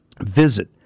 Visit